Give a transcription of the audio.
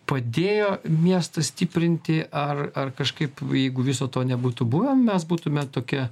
padėjo miestą stiprinti ar ar kažkaip jeigu viso to nebūtų buvę mes būtume tokia